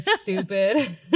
stupid